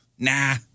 Nah